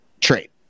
trade